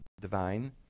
divine